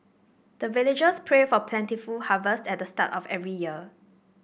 the villagers pray for plentiful harvest at the start of every year